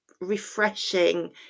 refreshing